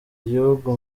igihugu